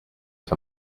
for